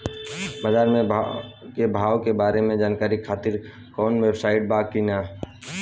बाजार के भाव के बारे में जानकारी खातिर कवनो वेबसाइट बा की?